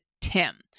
Tim